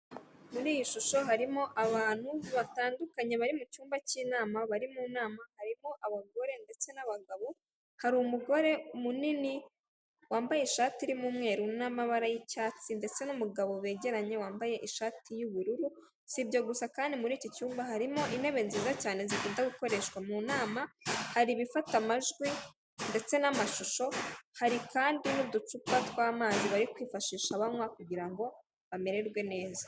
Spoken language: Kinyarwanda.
U Rwanda rufite intego yo kongera umukamo n'ibikomoka ku matungo, niyo mpamvu amata bayakusanyiriza hamwe, bakayazana muri kigali kugira ngo agurishwe ameze neza yujuje ubuziranenge.